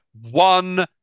one